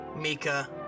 Mika